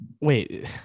Wait